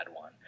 one